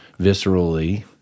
viscerally